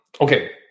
okay